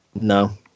no